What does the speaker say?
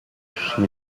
she